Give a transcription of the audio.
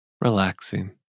Relaxing